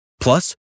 Plus